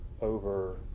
over